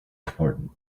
important